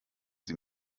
sie